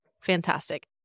Fantastic